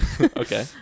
Okay